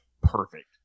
perfect